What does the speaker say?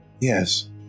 Yes